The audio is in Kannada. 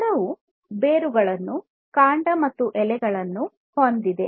ಮರವು ಬೇರುಗಳನ್ನು ಕಾಂಡ ಮತ್ತು ಎಲೆಗಳನ್ನು ಹೊಂದಿದೆ